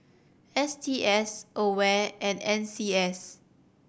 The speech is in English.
S T S AWARE and N C S